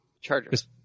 Chargers